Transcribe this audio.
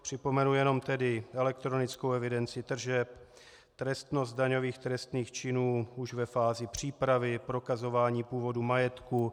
Připomenu jenom elektronickou evidenci tržeb, trestnost daňových trestných činů už ve fázi přípravy, prokazování původu majetku.